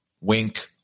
Wink